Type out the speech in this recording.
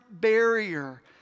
barrier